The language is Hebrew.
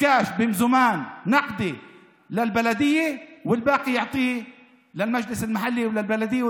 במזומן לעירייה, למועצה המקומית או